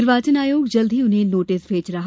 निर्वाचन आयोग जल्द ही उन्हें नोटिस भेजेगा